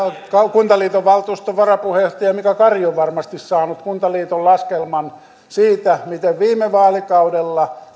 kuntaliiton valtuuston varapuheenjohtaja mika kari on varmasti saanut kuntaliiton laskelman siitä miten viime vaalikaudella